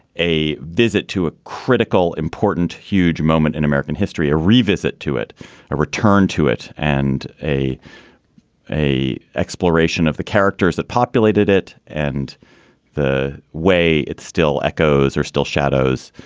a visit to a critical, important, huge moment in american history, a revisit to it and return to it and a a exploration of the characters that populated it and the way it still echoes are still shadows